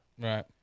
Right